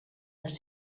les